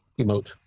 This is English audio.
emote